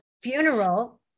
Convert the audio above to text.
funeral